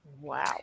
Wow